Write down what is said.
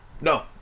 No